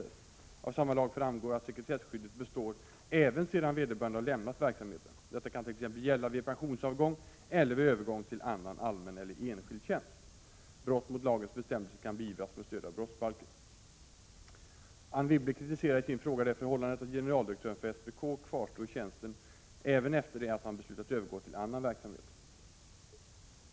Av 1 kap. 6 § samma lag framgår att sekretesskyddet består även sedan vederbörande har lämnat verksamheten. Detta kant.ex. gälla vid pensionsavgång eller vid övergång till annan allmän eller enskild tjänst. Brott mot lagens bestämmelser kan beivras med stöd av 20 kap. 3 § brottsbalken. Anne Wibble kritiserar i sin fråga det förhållandet att generaldirektören för SPK kvarstår i tjänsten även efter det att han beslutat övergå till annan verksamhet.